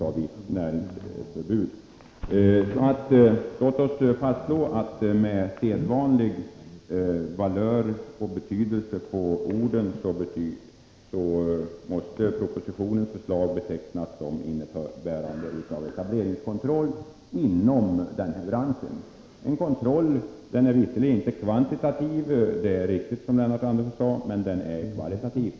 Låt oss alltså fastslå att med sedvanlig valör och betydelse på orden så måste propositionens förslag betecknas som att man inför etableringskontrolli den här branschen. Denna kontroll är visserligen inte kvantitativ, som Lennart Andersson helt riktigt sade, men den är kvalitativ.